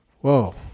Whoa